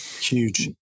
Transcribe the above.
Huge